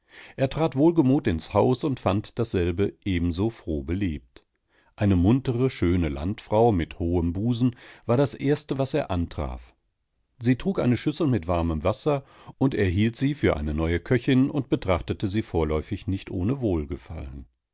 er trat wohlgemut ins haus und fand dasselbe ebenso froh belebt eine muntere schöne landfrau mit hohem busen war das erste was er antraf sie trug eine schüssel mit warmem wasser und er hielt sie für eine neue köchin und betrachtete sie vorläufig nicht ohne wohlgefallen